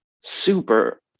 super